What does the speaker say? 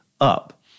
up